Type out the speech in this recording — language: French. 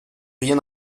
rien